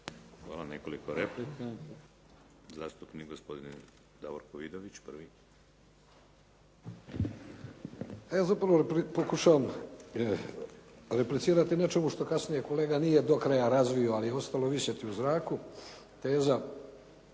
Hvala. Nekoliko replika. Zastupnik gospodin Davorko Vidović, prvi. **Vidović, Davorko (SDP)** Upravo pokušavam replicirati nečemu što kasnije kolega nije do kraja razvio, ali je ostalo visjeti u zraku, teza